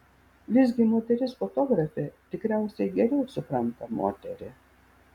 visgi moteris fotografė tikriausiai geriau supranta moterį